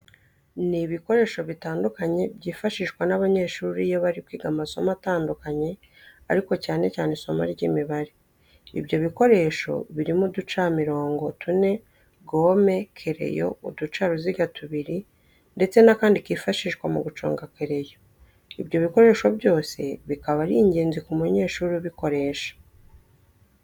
Ni ibikoresho bitandukanye byifashishwa n'abanyeshuri iyo bari kwiga amasomo atandukanye ariko cyane cyane isimo ry'Imibare. Ibyo bikoresho birimo uducamirongo tune, gome, kereyo, uducaruziga tubiri ndetse n'akandi kifashishwa mu guconga kereyo. Ibyo bikoresho byose bikaba ari ingenzi ku munyeshuri ubukoresha.